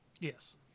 yes